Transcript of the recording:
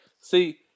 See